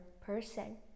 person